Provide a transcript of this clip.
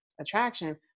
attraction